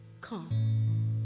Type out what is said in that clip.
Come